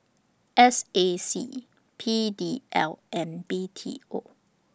S A C P D L and B T O